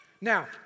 Now